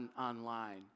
online